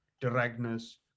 directness